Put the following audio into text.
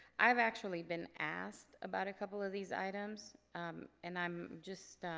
i've actually been asked about a couple of these items and i'm just